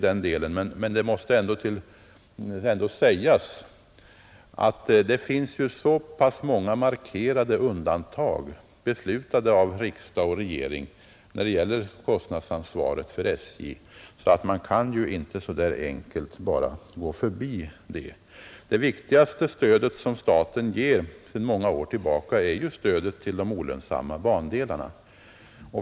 Men det måste ändå sägas att det finns så många markerade undantag, beslutade av riksdag och regering, när det gäller kostnadsansvaret för SJ, att man inte kan gå förbi det så där enkelt. Det viktigaste stöd som staten sedan många år tillbaka ger är stödet till de olönsamma bandelarna.